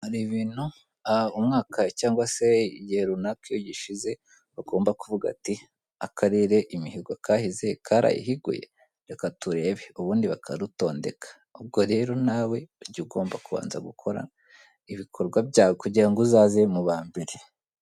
hari ibintu umwaka cyangwa se igihe runaka iyo gishize bagomba kuvuga ati akarere imihigo kahize karayihiguye reka turebe ubundi bakarutondeka ubwo rero nawe ibyo ugomba kubanza gukora ibikorwa byawe kugira uzaze mu ba mbere